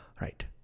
Right